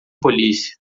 policia